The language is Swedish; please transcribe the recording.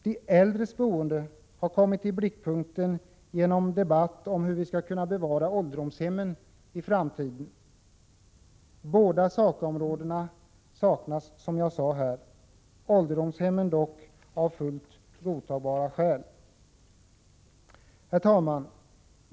De äldres boende har kommit i blickpunkten genom debatten om hur vi skall kunna bevara ålderdomshemmen i framtiden. Båda dessa sakområden saknas i betänkandet, som jag sade nyss — i fråga om ålderdomshemmen dock av fullt godtagbara skäl. Herr talman!